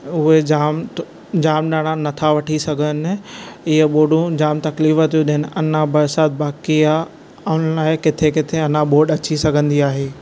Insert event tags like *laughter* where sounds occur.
उहे जाम *unintelligible* जामु ॼणा न था वठी सघनि इहे ॿोॾियूं जामु तक़लीफ़ थियूं ॾियनि अञा बरसाति बाक़ी आहे ऐं अञा किथे किथे ॿोॾि अची सघंदी आहे